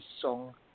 song